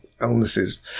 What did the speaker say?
illnesses